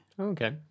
Okay